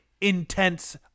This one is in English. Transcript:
intense